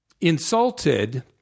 insulted